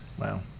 Wow